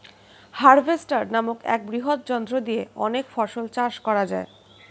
harvester নামক এক বৃহৎ যন্ত্র দিয়ে অনেক ফসল চাষ করা যায়